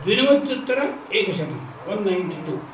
द्विनवत्युत्तरम् एकशतं one ninety two